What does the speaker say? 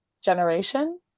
generation